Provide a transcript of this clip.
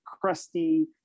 crusty